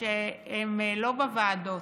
שהם לא בוועדות.